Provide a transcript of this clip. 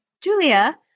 Julia